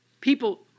people